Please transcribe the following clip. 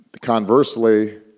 conversely